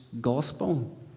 gospel